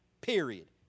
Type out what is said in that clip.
period